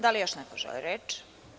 Da li još neko želi reč?